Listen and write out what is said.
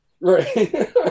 Right